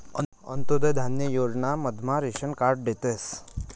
अंत्योदय धान्य योजना मधमा रेशन कार्ड देतस